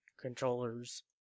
controllers